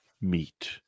meet